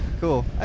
cool